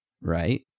right